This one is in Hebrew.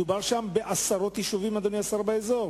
מדובר בעשרות יישובים באזור,